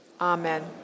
Amen